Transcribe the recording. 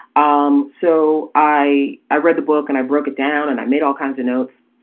um so i. i read the book and i broke it down and i made all kinds of notes.